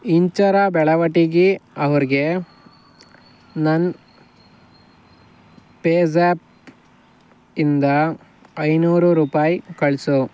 ಇಂಚರ ಬೆಳವಟಿಗಿ ಅವ್ರಿಗೆ ನನ್ನ ಪೇ ಜ್ಯಾಪ್ ಇಂದ ಐನೂರು ರೂಪಾಯಿ ಕಳಿಸು